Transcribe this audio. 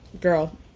Girl